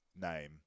name